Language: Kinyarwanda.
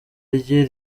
rye